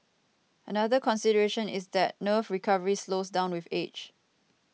another consideration is that nerve recovery slows down with age